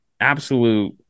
absolute